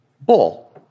Bull